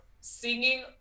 singing